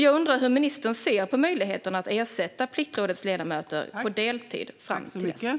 Jag undrar hur ministern ser på möjligheten att ersätta Pliktrådets ledamöter på deltid fram till dess.